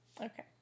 Okay